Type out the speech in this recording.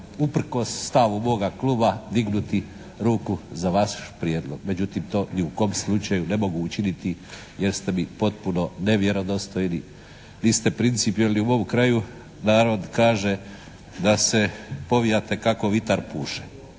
uprkos stavu moga kluba dignuti ruku za vaš prijedlog. Međutim, to ni u kom slučaju ne mogu učiniti jer ste mi potpuno nevjerodostojni, niste principijelni. U mom kraju narod kaže da se povijate kako vitar puše